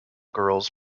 girls